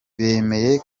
bemeye